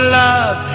love